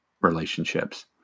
relationships